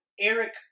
Eric